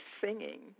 singing